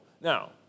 Now